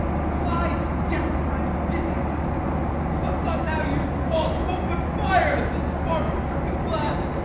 apply desperate physic we must not now use balsamum, but fire, the smarting cupping-glass,